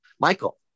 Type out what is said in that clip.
michael